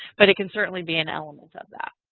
but it can certainly be an element of that.